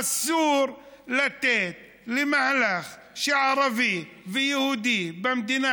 אסור לתת למהלך שערבי ויהודי במדינה